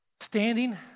standing